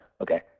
Okay